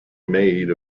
maid